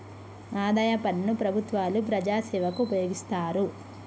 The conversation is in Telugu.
ఆదాయ పన్ను ప్రభుత్వాలు ప్రజాసేవకు ఉపయోగిస్తారు